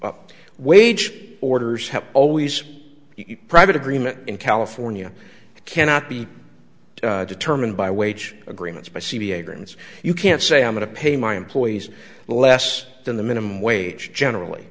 wage orders have always private agreement in california cannot be determined by wage agreements by c v a grins you can't say i'm going to pay my employees less than the minimum wage generally